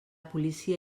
policia